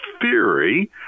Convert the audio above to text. theory